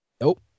Nope